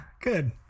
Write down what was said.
good